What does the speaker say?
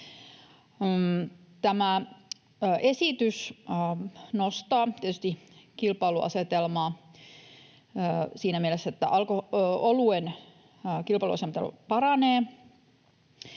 Tämä esitys nostaa tietysti kilpailuasetelmaa siinä mielessä, että oluen kilpailuasetelma paranee,